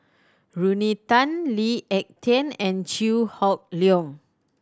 Rodney Tan Lee Ek Tieng and Chew Hock Leong